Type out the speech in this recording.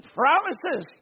promises